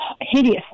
hideous